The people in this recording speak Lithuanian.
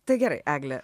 tai gerai egle